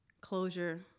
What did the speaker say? closure